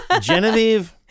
Genevieve